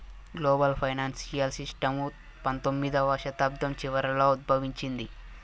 global financial system పంతొమ్మిదవ శతాబ్దం చివరలో ఉద్భవించింది